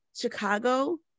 Chicago